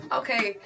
okay